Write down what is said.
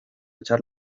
echar